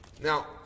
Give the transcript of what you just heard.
Now